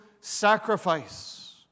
sacrifice